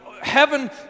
Heaven